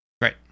right